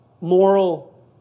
moral